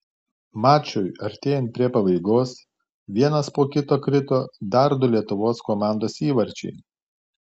mačui artėjant prie pabaigos vienas po kito krito dar du lietuvos komandos įvarčiai